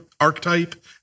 archetype